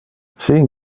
sin